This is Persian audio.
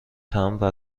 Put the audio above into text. تمبر